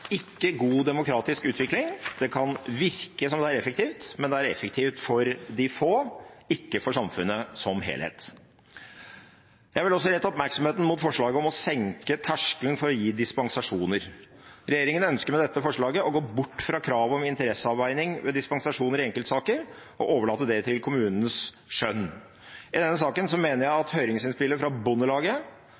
ikke god, demokratisk utvikling. Det kan virke som om det er effektivt, men det er effektivt for de få, ikke for samfunnet som helhet. Jeg vil også rette oppmerksomheten mot forslaget om å senke terskelen for å gi dispensasjoner. Regjeringen ønsker med dette forslaget å gå bort fra kravet om interesseavveining ved dispensasjoner i enkeltsaker og overlate det til kommunens skjønn. I denne saken mener jeg at høringsinnspillet fra